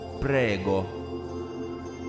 prego